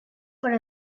per